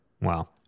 Wow